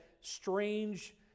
strange